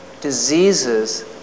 diseases